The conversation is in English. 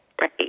Right